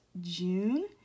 June